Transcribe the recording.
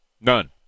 none